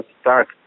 start